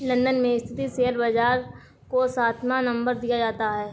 London में स्थित share बाजार को सातवां नम्बर दिया जाता है